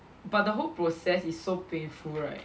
but the whole process is so painful right